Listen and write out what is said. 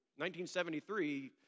1973